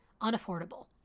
unaffordable